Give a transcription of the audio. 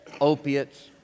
opiates